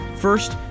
First